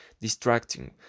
distracting